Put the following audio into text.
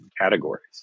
categories